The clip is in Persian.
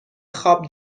خواب